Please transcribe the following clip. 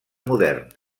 moderns